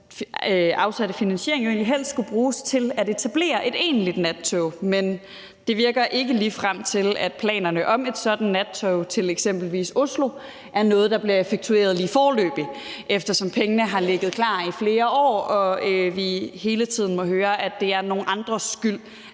afsatte finansiering jo egentlig helst skulle bruges til at etablere et egentligt nattog, men det virker ikke ligefrem til, at planerne om et sådant nattog til eksempelvis Oslo er noget, der bliver effektueret lige foreløbig, eftersom pengene har ligget klar i flere år og vi hele tiden må høre, at det er nogle andres skyld,